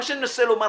מה שאני מנסה לומר,